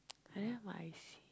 I don't have my I_C